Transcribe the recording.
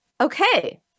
Okay